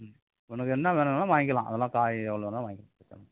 உனக்கு என்ன வேணுனாலும் வாங்கிக்கலாம் அதெல்லாம் காய் எவ்வளோண்ணாலும் வாங்கிக்கலாம்